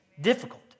difficult